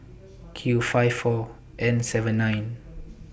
Q five four N seven nine